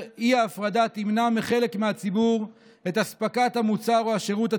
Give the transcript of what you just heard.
האי-הפרדה תמנע מחלק מהציבור את הספקת המוצר או השירות הציבורי,